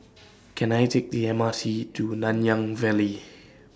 Can I Take The M R T to Nanyang Valley